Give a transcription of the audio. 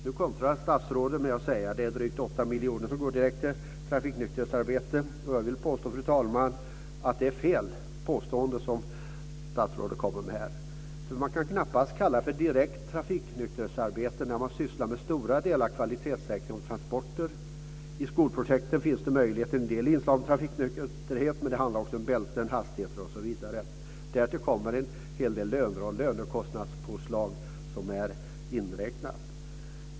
Nu kontrar statsrådet med att säga att drygt 8 miljoner går till direkt trafiknykterhetsarbete. Jag vill, fru talman, hävda att det påstående som statsrådet här gör är felaktigt. Man kan knappast kalla verksamhet som till stora delar består av kvalitetssäkring av transporter för direkt trafiknykterhetsarbete. I skolprojekten finns det möjligen en del inslag av trafiknykterhet, men det handlar också om bälten, hastigheter osv. Därtill är en del löner och lönekostnadspåslag inräknade i detta.